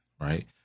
Right